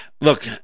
Look